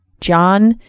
john,